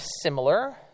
similar